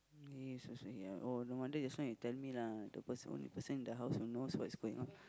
he also say ya oh no wonder just now you tell me lah the person the only person in the house who knows what's going on